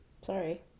Sorry